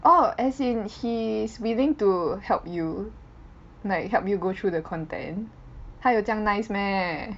orh as in he is willing to help you like help you go through the content 他有这样 nice meh